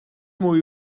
mwy